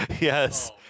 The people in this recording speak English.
Yes